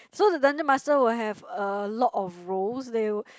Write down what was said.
so the dungeon master will have a lot of roles they